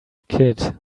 kid